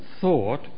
thought